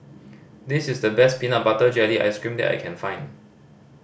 this is the best peanut butter jelly ice cream that I can find